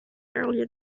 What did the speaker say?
earlier